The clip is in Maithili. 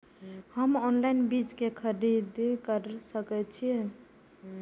हम ऑनलाइन बीज के खरीदी केर सके छी?